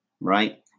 right